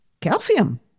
calcium